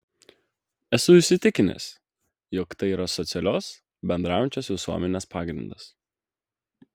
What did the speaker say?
esu įsitikinęs jog tai yra socialios bendraujančios visuomenės pagrindas